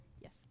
yes